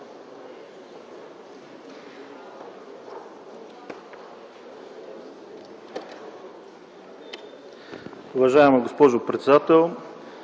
Уважаема госпожо председател,